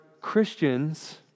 Christians